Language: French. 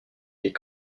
les